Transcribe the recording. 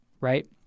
right